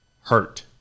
hurt